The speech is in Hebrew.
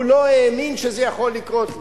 הוא לא האמין שזה יכול לקרות לו.